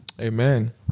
amen